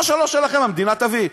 מה שלא שלכם, המדינה תביא.